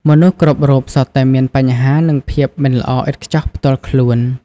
មនុស្សគ្រប់រូបសុទ្ធតែមានបញ្ហា និងភាពមិនល្អឥតខ្ចោះផ្ទាល់ខ្លួន។